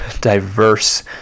diverse